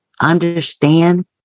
understand